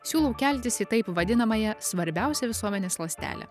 siūlau keltis į taip vadinamąją svarbiausią visuomenės ląstelę